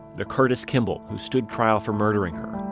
the curtis kimball who stood trial for murdering her,